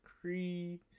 creed